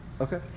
Okay